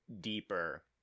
deeper